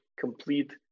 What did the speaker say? complete